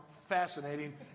fascinating